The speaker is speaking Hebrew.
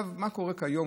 מה קורה כיום?